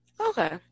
Okay